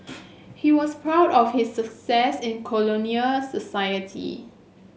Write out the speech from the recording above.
he was proud of his success in colonial society